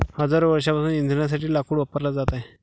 हजारो वर्षांपासून इंधनासाठी लाकूड वापरला जात आहे